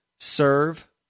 serve